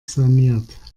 saniert